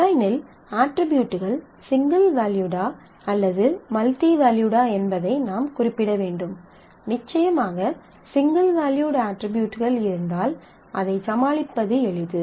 டிசைனில் அட்ரிபியூட்கள் சிங்கிள் வேல்யூடா அல்லது மல்டி வேல்யூடா என்பதை நாம் குறிப்பிட வேண்டும் நிச்சயமாக சிங்கிள் வேல்யூட் அட்ரிபியூட்கள் இருந்தால் அதைச் சமாளிப்பது எளிது